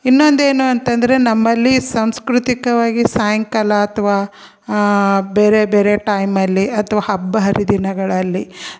ಇನ್ನೊಂದೇನು ಅಂತ ಅಂದ್ರೆ ನಮ್ಮಲ್ಲಿ ಸಾಂಸ್ಕೃತಿಕವಾಗಿ ಸಾಯಂಕಾಲ ಅಥ್ವಾ ಬೇರೆ ಬೇರೆ ಟೈಮಲ್ಲಿ ಅಥ್ವಾ ಹಬ್ಬ ಹರಿದಿನಗಳಲ್ಲಿ